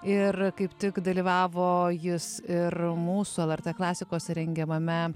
ir kaip tik dalyvavo jis ir mūsų lrt klasikos rengiamame